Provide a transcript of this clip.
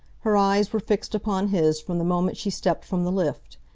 her eyes were fixed upon his from the moment she stepped from the lift.